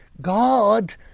God